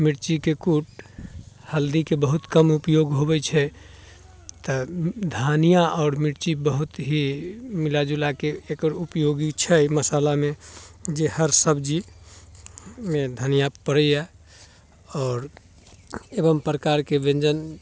मिर्चीके कूट हल्दीके बहुत कम उपयोग होबैत छै तऽ धनिया आओर मिर्ची बहुत ही मिलाजुलाके एकर उपयोगी छै मसालामे जे हर सब्जी मे धनिया पड़ैया आओर एवम प्रकारके व्यञ्जन